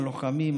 הלוחמים,